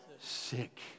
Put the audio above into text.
sick